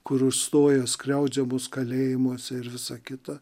kur užstoja skriaudžiamus kalėjimuose ir visa kita